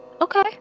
Okay